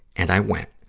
and i went.